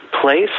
place